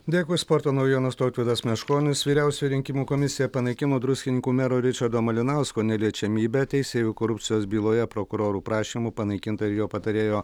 dėkui sporto naujienos tautvydas meškonis vyriausioji rinkimų komisija panaikino druskininkų mero ričardo malinausko neliečiamybę teisėjų korupcijos byloje prokurorų prašymu panaikinta ir jo patarėjo